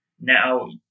now